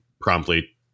promptly